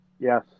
Yes